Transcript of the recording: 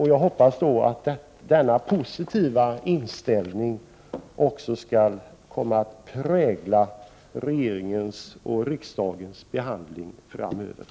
Jag hoppas att denna positiva inställning också framöver skall komma att prägla regeringens och riksdagens behandling av denna fråga.